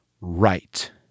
right